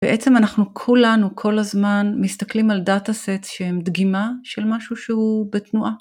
בעצם אנחנו כולנו כל הזמן מסתכלים על data sets שהם דגימה של משהו שהוא בתנועה.